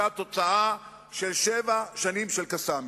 היה תוצאה של שבע שנים של "קסאמים".